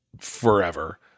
forever